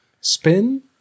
Spin